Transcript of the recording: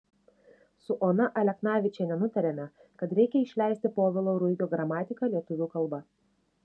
su ona aleknavičiene nutarėme kad reikia išleisti povilo ruigio gramatiką lietuvių kalba